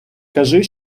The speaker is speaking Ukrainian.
кажи